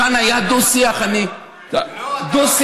כאן היה דו-שיח זה לא נכון.